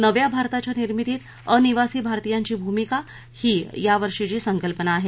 नव्या भारताच्या निर्मितीत अनिवासी भारतीयांची भूमिका ही यावर्षीची संकल्पना आहे